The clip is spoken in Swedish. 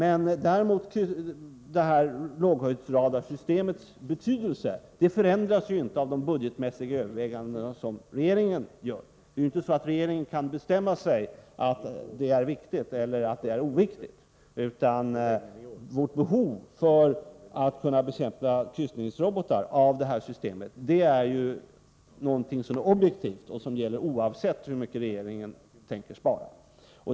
Däremot förändras inte låghöjdsradarsystemets betydelse av de budgetmässiga överväganden som regeringen gör. Regeringen kan ju inte bestämma sig för att det är viktigt eller att det är oviktigt. Vårt behov av det här systemet för att kunna bekämpa kryssningsrobotar är någonting som är objektivt och som gäller oavsett hur mycket regeringen tänker spara.